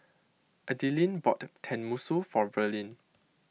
Adilene bought Tenmusu for Verlyn